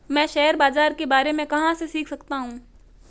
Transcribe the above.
मैं शेयर बाज़ार के बारे में कहाँ से सीख सकता हूँ?